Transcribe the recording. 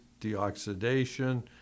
deoxidation